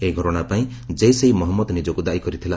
ଏହି ଘଟଣା ପାଇଁ ଜେସ ଇ ମହମ୍ମଦ ନିଜକୁ ଦାୟୀ କରିଥିଲା